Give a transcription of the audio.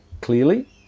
clearly